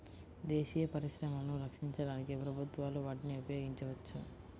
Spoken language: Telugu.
దేశీయ పరిశ్రమలను రక్షించడానికి ప్రభుత్వాలు వాటిని ఉపయోగించవచ్చు